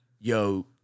yo